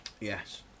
yes